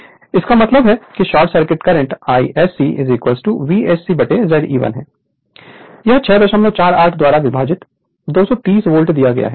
Refer Slide Time 0552 इसका मतलब है कि short circuit current ISC VSC Ze1 यह 648 द्वारा विभाजित 230 वोल्ट दिया गया है